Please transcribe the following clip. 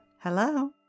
Hello